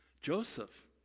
Joseph